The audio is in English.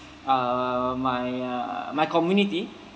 uh my uh my community